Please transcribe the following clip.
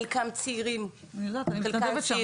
שחלקם צעירים וצעירות.